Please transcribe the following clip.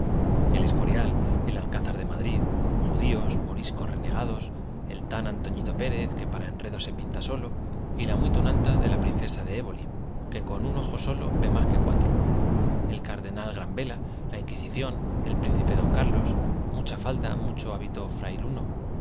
el escorial el alcázar de madrid judíos moriscos renegados el tal antoñito pér ez que para enredos se pinta solo y la muy tunanta de la prin cesa de éboli que con un ojo solo ve más que cuatro el cardenal granvela la inquisición el príncipe d carlos mucha falda mucho hábito frailuno